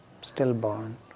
stillborn